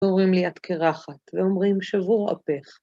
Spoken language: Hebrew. היו אומרים לי את קרחת, והיו אומרים שבור אפך.